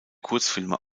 kurzfilme